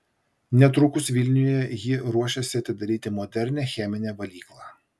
netrukus vilniuje ji ruošiasi atidaryti modernią cheminę valyklą